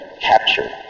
capture